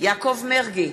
יעקב מרגי,